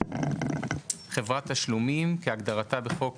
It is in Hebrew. "139(4) חברת תשלומים כהגדרתה בחוק